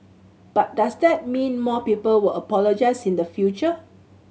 but does that mean more people will apologise in the future